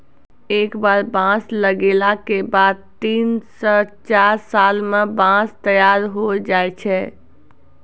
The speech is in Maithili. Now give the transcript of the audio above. एक बार बांस लगैला के बाद तीन स चार साल मॅ बांंस तैयार होय जाय छै